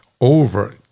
over